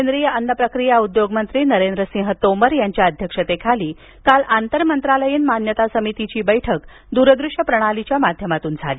केंद्रीय अन्नप्रक्रिया उद्योगमंत्री नरेंद्रसिंह तोमर यांच्या अध्यक्षतेखाली काल आंतरमंत्रालयीन मान्यता समितीची बैठक दूर दृश्य प्रणालीच्या माध्यमातून झाली